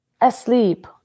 asleep